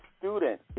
student